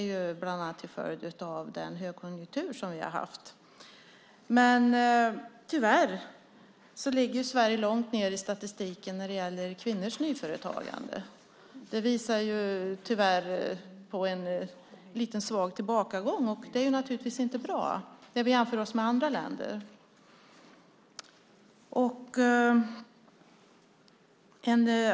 Det är bland annat en följd av den högkonjunktur som vi har haft. Men tyvärr ligger Sverige långt ned i statistiken när det gäller kvinnors nyföretagande. Det visar en liten, svag tillbakagång. Det är naturligtvis inte bra när vi jämför oss med andra länder.